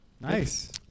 Nice